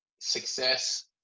success